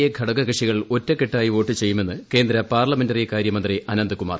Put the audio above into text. A ഘടകകക്ഷികൾ ഒറ്റക്കെട്ടായി വോട്ട് ചെയ്യുമെന്ന് കേന്ദ്ര പാർലമെന്ററി കാര്യ മന്ത്രി അനന്ത് കുമാർ